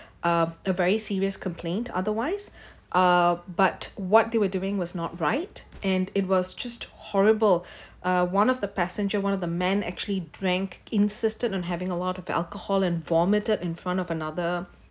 uh a very serious complaint otherwise ah but what they were doing was not right and it was just horrible uh one of the passenger one of the man actually drank insisted on having a lot of alcohol and vomited in front of another